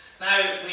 Now